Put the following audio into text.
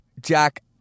Jack